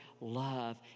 love